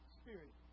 spirit